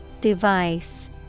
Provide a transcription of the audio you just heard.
Device